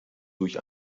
durch